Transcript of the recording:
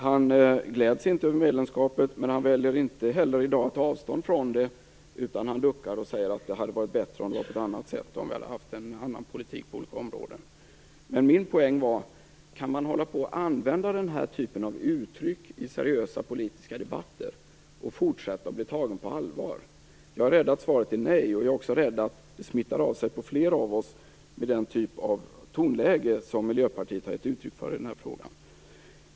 Han gläds inte över medlemskapet, men han väljer i dag inte heller att ta avstånd från det. Han duckar och säger att det hade varit bättre om det hade skett på ett annat sätt, om vi hade haft en annan politik på olika områden. Men min poäng var: Kan man hålla på och använda den här typen av uttryck i seriösa politiska debatter och även i fortsättningen bli tagen på allvar? Jag är rädd att svaret är nej. Jag är också rädd för att den typ av tonläge som Miljöpartiet har gett uttryck för i den här frågan smittar av sig på fler av oss.